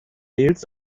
mails